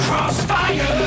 Crossfire